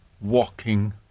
walking